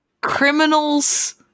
criminals